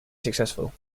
successful